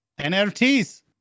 NFTs